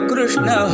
Krishna